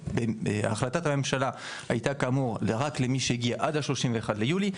בהחלטת הממשלה הייתה כאמור רק למי שהגיע עד ה-31 ביולי.